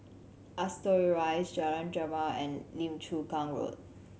Ascot Rise Jalan Jamal and Lim Chu Kang Road